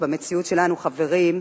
אך במציאות שלנו, חברים,